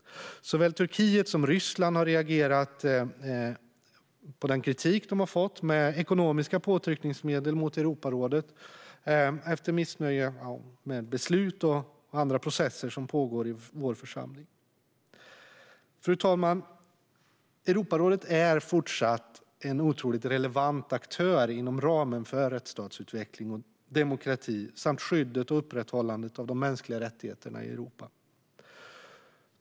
Såväl Turkiet som Ryssland har reagerat på den kritik de har fått med ekonomiska påtryckningsmedel mot Europarådet, och de har visat missnöje mot beslut och processer som pågår i församlingen. Fru talman! Europarådet är fortfarande en otroligt relevant aktör inom ramen för rättsstatsutveckling, demokrati samt skyddet och upprätthållandet av de mänskliga rättigheterna i Europa.